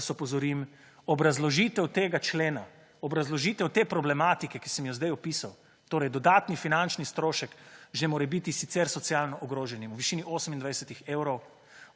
vas opozorim, obrazložitev tega člena, obrazložitev te problematike, ki sem jo zdaj zdaj opisal, torej dodatni finančni strošek že morebiti sicer socialno ogroženim v višini 28-ih evrov,